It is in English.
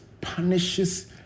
punishes